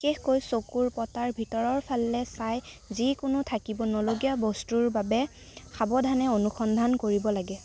বিশেষকৈ চকুৰ পতাৰ ভিতৰৰ ফালে চাই যিকোনো থাকিব নলগীয়া বস্তুৰ বাবে সাৱধানে অনুসন্ধান কৰিব লাগে